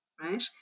right